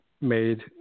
made